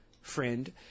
friend